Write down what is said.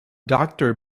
doctor